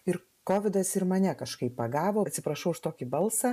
ir kovidas ir mane kažkaip pagavo atsiprašau už tokį balsą